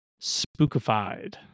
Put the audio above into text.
spookified